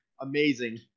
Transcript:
amazing